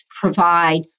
provide